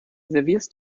servierst